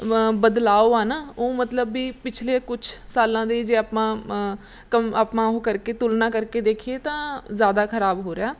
ਬਦਲਾਓ ਆ ਨਾ ਉਹ ਮਤਲਬ ਵੀ ਪਿਛਲੇ ਕੁਛ ਸਾਲਾਂ ਦੇ ਜੇ ਆਪਾਂ ਕੰ ਆਪਾਂ ਉਹ ਕਰਕੇ ਤੁਲਨਾ ਕਰਕੇ ਦੇਖੀਏ ਤਾਂ ਜ਼ਿਆਦਾ ਖਰਾਬ ਹੋ ਰਿਹਾ